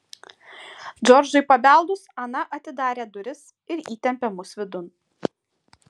džordžui pabeldus ana atidarė duris ir įtempė mus vidun